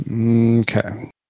Okay